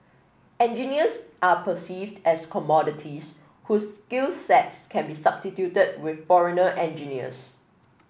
engineers are perceived as commodities whose skills sets can be substituted with foreigner engineers